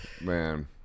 Man